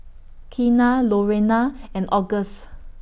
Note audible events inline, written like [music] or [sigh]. Keena Lurena [noise] and Auguste